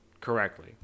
correctly